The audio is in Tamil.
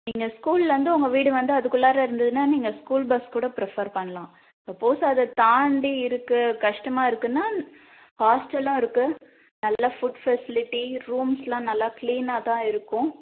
நீங்கள் ஸ்கூலில் வந்து உங்கள் வீடு வந்து அதுக்குள்ளாரே இருந்ததுனால் நீங்கள் ஸ்கூல் பஸ் கூட ப்ரிஃபர் பண்ணலாம் சப்போஸ் அதை தாண்டி இருக்குது கஷ்டமாக இருக்குதுன்னா ஹாஸ்டலும் இருக்குது நல்ல ஃபுட் ஃபெசிலிட்டி ரூம்ஸ்லாம் நல்லா கிளீனாக தான் இருக்கும்